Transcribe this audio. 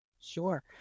Sure